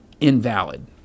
invalid